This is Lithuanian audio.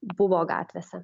buvo gatvėse